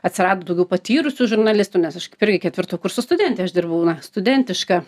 atsirado daugiau patyrusių žurnalistų nes aš tikrai ketvirto kurso studentė aš dirbau na studentiška